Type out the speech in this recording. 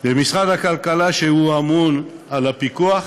במשרד הכלכלה, שהוא אמון על הפיקוח,